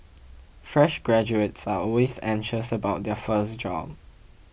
fresh graduates are always anxious about their first job